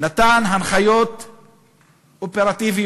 נתן הנחיות אופרטיביות: